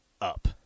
up